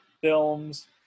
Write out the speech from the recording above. films